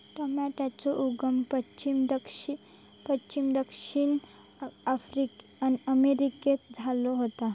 टॉमेटोचो उगम पश्चिम दक्षिण अमेरिकेत झालो होतो